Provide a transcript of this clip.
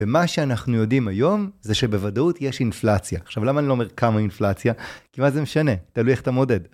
ומה שאנחנו יודעים היום, זה שבוודאות יש אינפלציה. עכשיו, למה אני לא אומר כמה אינפלציה? כי מה זה משנה, תלוי איך אתה מודד.